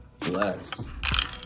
bless